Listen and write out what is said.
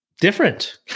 Different